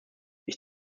ich